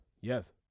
yes